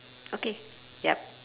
okay yup